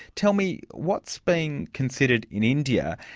tell me, what's being considered in india,